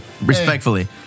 Respectfully